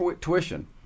tuition